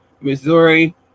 Missouri